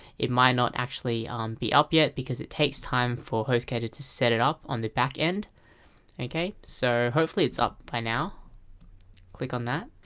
it might not actually um be up yet because it takes time for hostgator to set it up on the back end so hopefully it's up by now click on that.